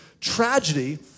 tragedy